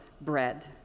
bread